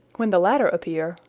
when the latter appear,